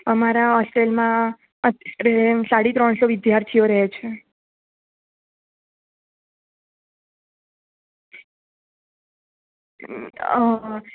અમારા હોસ્ટેલમાં અત્યારે સાડા ત્રણ સો વિદ્યાર્થીઓ રહે છે